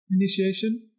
initiation